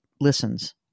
listens